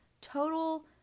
Total